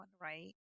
right